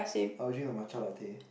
I'll drink the matcha latte